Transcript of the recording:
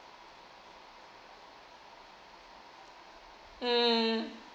mm